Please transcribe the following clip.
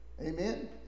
Amen